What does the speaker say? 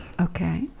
Okay